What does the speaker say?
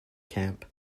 camp